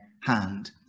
hand